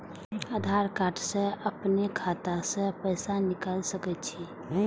आधार कार्ड से अपनो खाता से पैसा निकाल सके छी?